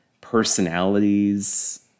personalities